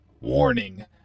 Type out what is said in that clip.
warning